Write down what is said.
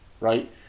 right